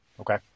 okay